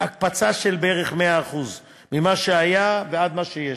הקפצה של בערך 100% ממה שהיה ועד מה שיש.